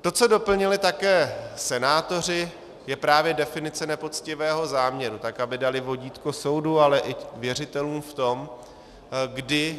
To, co doplnili také senátoři, je právě definice nepoctivého záměru, tak aby dali vodítko soudu, ale i věřitelům v tom, kdy